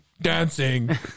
Dancing